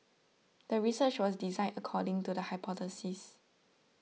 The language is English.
the research was designed according to the hypothesis